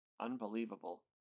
Unbelievable